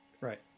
Right